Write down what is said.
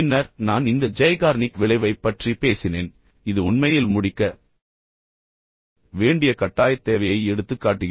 பின்னர் நான் இந்த ஜைகார்னிக் விளைவைப் பற்றி பேசினேன் இது உண்மையில் முடிக்க வேண்டிய கட்டாயத் தேவையை எடுத்துக்காட்டுகிறது